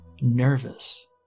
nervous